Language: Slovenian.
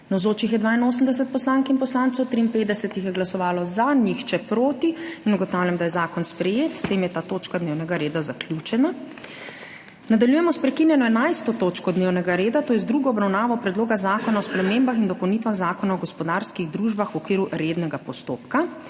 Navzočih je 82 poslank in poslancev, 53 jih je glasovalo za, nihče proti. (Za je glasovalo 53.) (Proti nihče.) Ugotavljam, da je zakon sprejet. S tem je ta točka dnevnega reda zaključena. Nadaljujemo s prekinjeno 11. točko dnevnega reda, to je z drugo obravnavo Predloga zakona o spremembah in dopolnitvah Zakona o gospodarskih družbah v okviru rednega postopka.